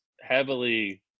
heavily